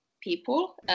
people